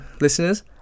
listeners